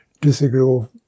disagreeable